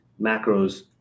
macros